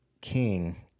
King